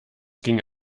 ging